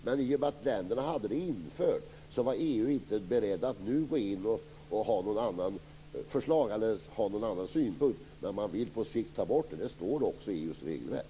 Men i och med att detta redan var infört i länderna var EU inte beredd att nu komma med något annat förslag. Men på sikt vill man ta bort detta, och det står också i EU:s regelverk.